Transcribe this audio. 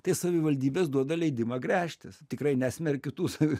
tai savivaldybės duoda leidimą gręžtis tikrai nesmerkiu tų sa